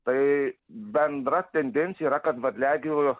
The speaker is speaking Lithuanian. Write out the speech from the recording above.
tai bendra tendencija yra kad varliagyvių